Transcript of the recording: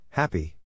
Happy